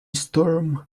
storm